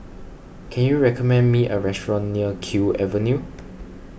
can you recommend me a restaurant near Kew Avenue